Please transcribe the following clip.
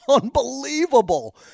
unbelievable